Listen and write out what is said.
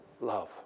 love